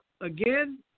again